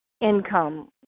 income